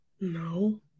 No